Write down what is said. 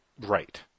Right